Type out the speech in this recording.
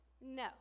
No